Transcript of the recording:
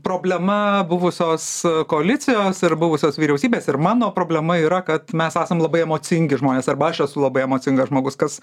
problema buvusios koalicijos ir buvusios vyriausybės ir mano problema yra kad mes esam labai emocingi žmonės aš esu labai emocingas žmogus kas